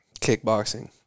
Kickboxing